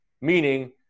meaning